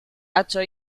atzo